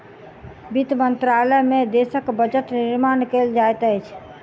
वित्त मंत्रालय में देशक बजट निर्माण कयल जाइत अछि